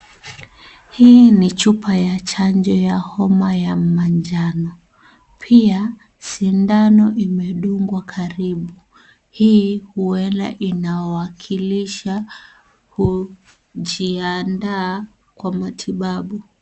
Hii ni chupa ya chanjo ya homa ya manjano. Pia, sindano imedungwa karibu. Hii, huenda inawakilisha, kujiandaa kwa matibabu.